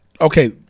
okay